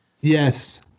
Yes